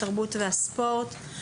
התרבות והספורט.